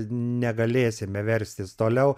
negalėsime verstis toliau